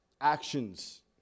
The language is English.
actions